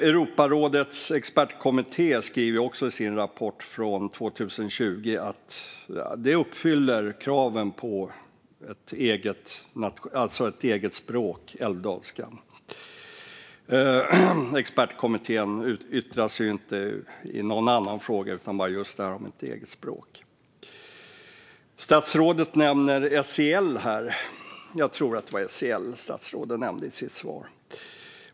Europarådets expertkommitté skriver också i sin rapport från 2020 att älvdalskan uppfyller kraven för att klassas som ett eget språk. Expertkommittén yttrar sig inte i någon annan fråga utan bara i just detta om ett eget språk. Statsrådet nämner SIL i sitt svar.